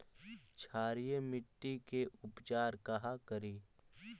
क्षारीय मिट्टी के उपचार कहा करी?